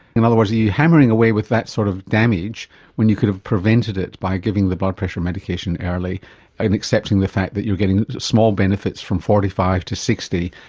in other words, are you hammering away with that sort of damage when you could have prevented it by giving the blood pressure medication early and accepting the fact that you are getting small benefits from forty five to sixty,